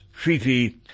treaty